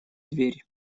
дверь